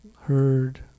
heard